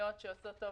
צרכניות שעושות טוב